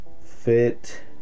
Fit